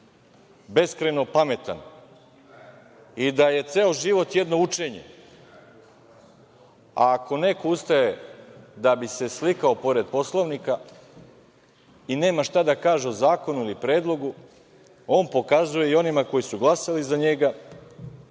beskrajno pametan i da je ceo život jedno učenje. Ako neko ustaje da bi se slikao pored Poslovnika i nema šta da kaže o zakonu ili predlogu, on pokazuje i onima koji su glasali za njega